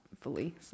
fully